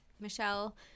michelle